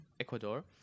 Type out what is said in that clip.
Ecuador